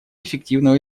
эффективного